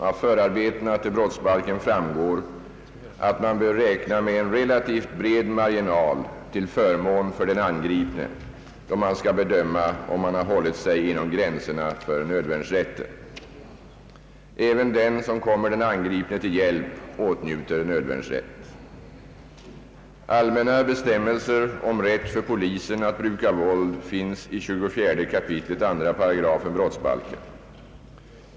Av förarbetena till brottsbalken framgår att man bör räkna med en relativt bred marginal till förmån för den angripne, då man skall bedöma om han hållit sig inom gränserna för nödvärnsrätten. Även den som kommer den angripne till hjälp åtnjuter nödvärnsrätt. Allmänna bestämmelser om rätt för polisen att bruka våld finns i 24 kap. 2 8 brottsbalken.